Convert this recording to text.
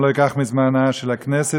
אני לא אקח מזמנה של הכנסת,